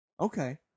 Okay